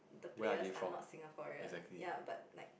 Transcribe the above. the players are not Singaporean ya but like